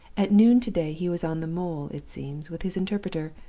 at noon to-day he was on the mole, it seems, with his interpreter,